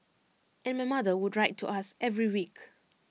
and my mother would write to us every week